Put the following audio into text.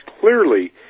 Clearly